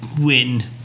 win